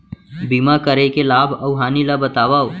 बीमा करे के लाभ अऊ हानि ला बतावव